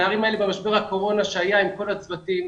הנערים האלה במשבר הקורונה --- שהיה עם כל הצוותים,